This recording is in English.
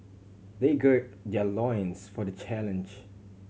they gird their loins for the challenge